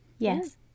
Yes